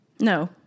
No